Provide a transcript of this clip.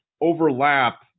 overlap